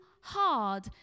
hard